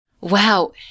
Wow